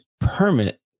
permit